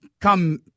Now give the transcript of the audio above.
come